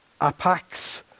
apax